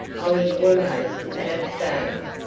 i was almost an abstainer,